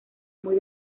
muy